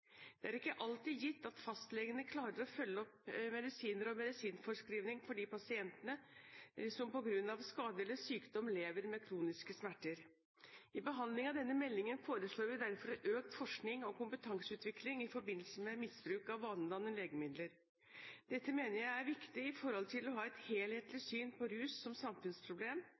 Det er ikke alltid gitt at fastlegene klarer å følge opp medisiner og medisinforskrivning for de pasientene som på grunn av skader eller sykdom lever med kroniske smerter. I behandling av denne meldingen foreslår vi derfor økt forskning og kompetanseutvikling i forbindelse med misbruk av vanedannende legemidler. Dette mener jeg er viktig for å ha et helhetlig syn på rus som samfunnsproblem.